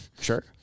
Sure